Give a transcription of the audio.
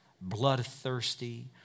bloodthirsty